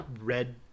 red